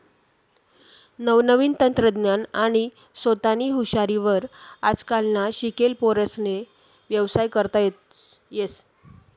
नवनवीन तंत्रज्ञान आणि सोतानी हुशारी वर आजकालना शिकेल पोर्यास्ले व्यवसाय करता येस